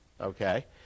okay